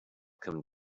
come